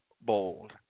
bold